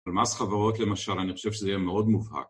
על מס חברות למשל, אני חושב שזה יהיה מאוד מובהק.